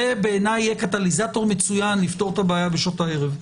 זה בעיניי יהיה קטליזטור מצוין לפתור את הבעיה בשעות הערב.